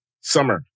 summer